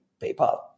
PayPal